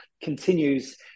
continues